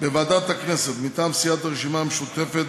מטעם סיעת הרשימה המשותפת,